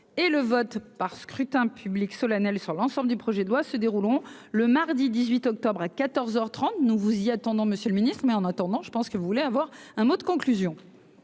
et le vote par scrutin public solennel. Sur l'ensemble du projet de loi se dérouleront le mardi 18 octobre à 14 heures 30 nous vous y attendons Monsieur le Ministre, mais en attendant, je pense que vous voulez avoir un mot de conclusion.